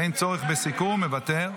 אין צורך בסיכום, מוותר.